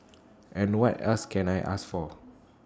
and what else can I ask for